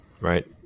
right